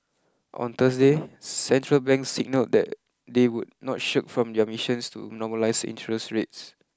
on Thursday central banks signalled that they would not shirk from their missions to normalise interest rates